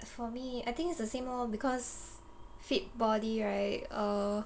for me I think it's the same lor because fit body right or